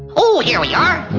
oh, here we are a